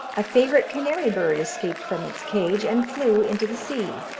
a favourite canary bird escaped from its cage, and flew into the sea.